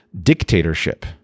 dictatorship